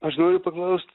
aš noriu paklaust